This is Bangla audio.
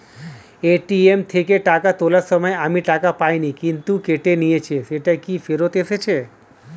এ.টি.এম থেকে টাকা তোলার সময় আমি টাকা পাইনি কিন্তু কেটে নিয়েছে সেটা কি ফেরত এসেছে?